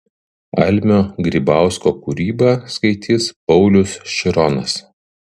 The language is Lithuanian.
almio grybausko kūrybą skaitys paulius šironas